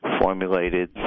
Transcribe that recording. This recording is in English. formulated